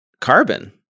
Carbon